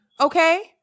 Okay